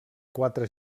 quatre